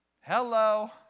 Hello